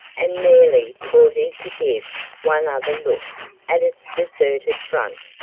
and merely pausing to give one other look at its deserted front,